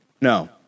No